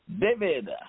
David